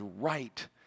right